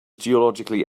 geologically